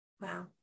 Wow